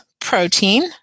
protein